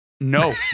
No